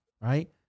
right